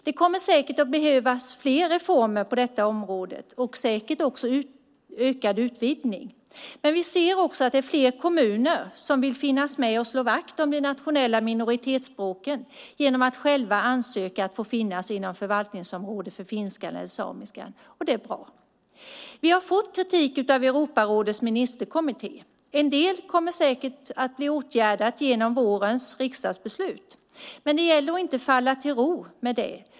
Det kommer säkert att behövas fler reformer på detta område och säkert också ökad utvidgning, men vi ser också att det är fler kommuner som vill finnas med och slå vakt om de nationella minoritetsspråken genom att själva ansöka om att få finnas med inom förvaltningsområdet för finskan eller samiskan, och det är bra. Vi har fått kritik av Europarådets ministerkommitté. En del kommer säkert att bli åtgärdat genom vårens riksdagsbeslut, men det gäller att inte slå sig till ro med det.